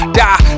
die